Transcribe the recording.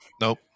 nope